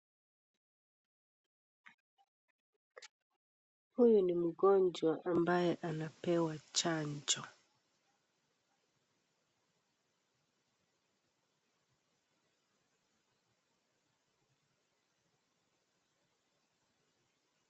Huyu ni mgonjwa ambaye anapewa chanjo.